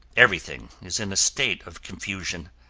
everything is in a state of confusion.